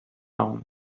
sound